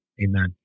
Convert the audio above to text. Amen